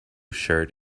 shirt